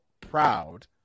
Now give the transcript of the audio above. proud